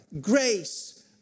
grace